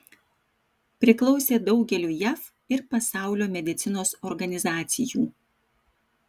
priklausė daugeliui jav ir pasaulio medicinos organizacijų